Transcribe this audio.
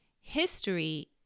History